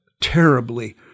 terribly